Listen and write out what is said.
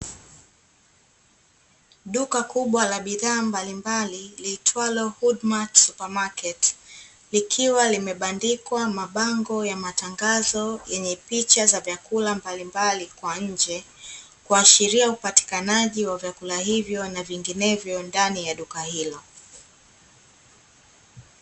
Duka kubwa la bidhaa mbalimbali, liitwalo HodMart Supermarket, likiwa limebandikwa mabango ya matangazo yenye picha ya vyakula mbalimbali kwa nje ,kuashiria upatikanaji wa vyakula hivyo na vinginevyo ndani ya duka hilo.